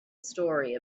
story